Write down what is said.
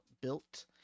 built